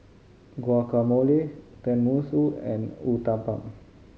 Guacamole Tenmusu and Uthapam